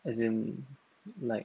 as in like